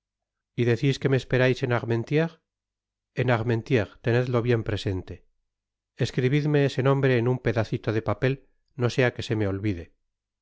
y decis que me esperais en armentieres en armentieres tenedlo bien presente escribidme ese nombre en un pedacito de papel no sea que se me olvide